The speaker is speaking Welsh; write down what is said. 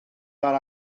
fel